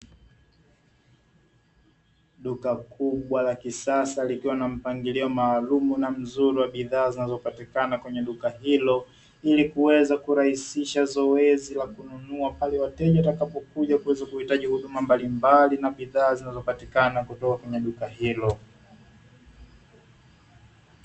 Duka kubwa la kisasa likiwa na mpangilio maalumu na mzuri wa bidhaa zinazopatikana kwenye duka hilo, ili kuweza kurahisisha zoezi la kununua pale wateja watakapokuja kuweza kuhitaji huduma mbalimbali na bidhaa zinazopatikana kutoka kwenye duka hilo.